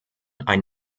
ein